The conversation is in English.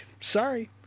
sorry